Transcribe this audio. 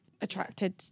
attracted